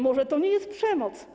Może to nie jest przemoc.